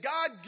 God